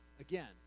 again